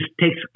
takes